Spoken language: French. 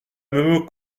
même